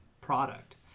product